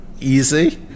easy